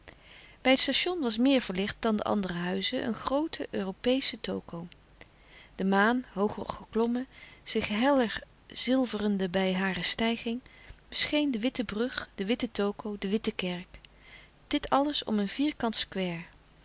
bij het station was meer verlicht dan de andere huizen een groote europeesche toko de maan hooger geklommen zich heller zilverende bij hare stijging bescheen de witte brug de witte toko de witte kerk dit alles om een vierkant square